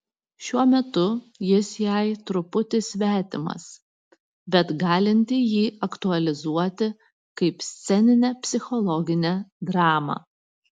šiuo metu jis jai truputį svetimas bet galinti jį aktualizuoti kaip sceninę psichologinę dramą